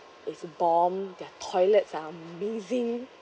is bomb their toilets are amazing